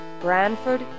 Branford